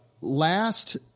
last